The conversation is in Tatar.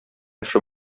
эше